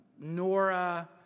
Nora